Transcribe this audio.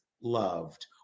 loved